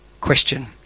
question